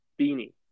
beanie